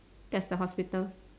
that's the hospital